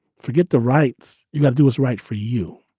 forget the rights you have, do what's right for you